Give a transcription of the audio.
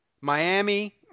Miami